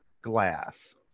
Glass